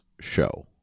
show